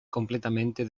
completamente